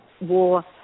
war